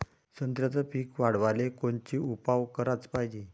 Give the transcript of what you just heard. संत्र्याचं पीक वाढवाले कोनचे उपाव कराच पायजे?